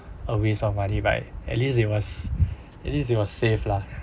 a waste of money but at least it was at least it was safe lah